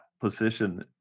position